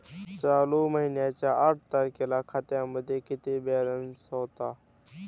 चालू महिन्याच्या आठ तारखेला खात्यामध्ये किती बॅलन्स होता?